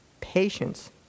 patience